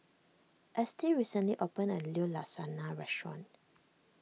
Estie recently opened a new Lasagna restaurant